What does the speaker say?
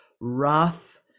rough